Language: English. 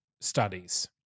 studies